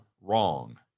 wrong